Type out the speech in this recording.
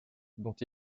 dont